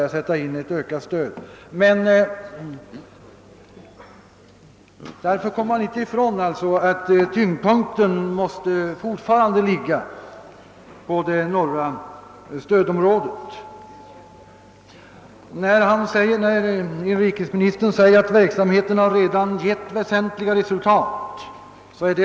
Man har då begärt dispens, men byggnadsnämnden har avslagit denna ansökan.